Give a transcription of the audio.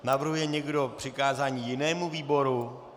Navrhuje někdo přikázání jinému výboru?